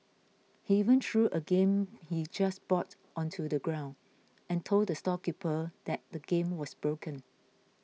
he even threw a game he just bought onto the ground and told the storekeeper that the game was broken